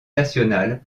nationale